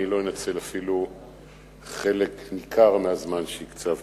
אני לא אנצל אפילו חלק ניכר מהזמן שהקצבת.